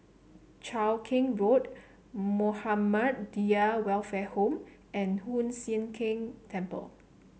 Cheow Keng Road Muhammadiyah Welfare Home and Hoon Sian Keng Temple